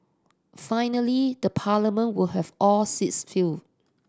finally the Parliament will have all seats filled